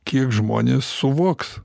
kiek žmonės suvoks